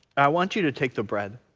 i want you to take the bread